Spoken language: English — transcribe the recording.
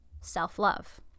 self-love